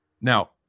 now